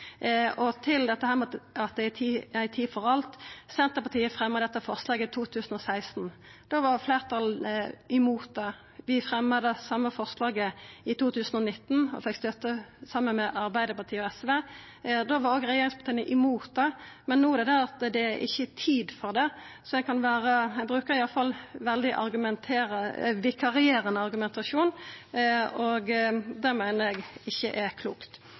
Til dette med at det er ei tid for alt: Senterpartiet fremja dette forslaget i 2016. Da var fleirtalet imot det. Vi fremja det same forslaget i 2019 og fekk støtte frå Arbeidarpartiet og SV. Da var òg regjeringspartia imot det, men no er argumentet at det ikkje er tid for det. Så ein brukar iallfall ein svært vikarierande argumentasjon, og det meiner eg ikkje er klokt.